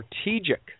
strategic